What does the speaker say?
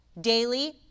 daily